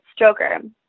stroker